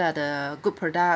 are the good products